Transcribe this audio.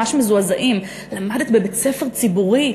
ממש מזועזעים: למדת בבית-ספר ציבורי.